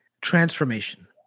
transformation